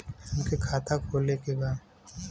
हमके खाता खोले के बा?